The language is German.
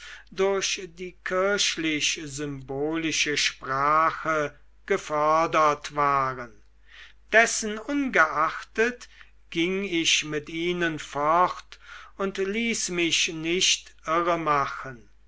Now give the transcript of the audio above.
durch die kirchlich symbolische sprache gefördert waren dessenungeachtet ging ich mit ihnen fort und ließ mich nicht